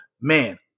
man